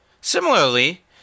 Similarly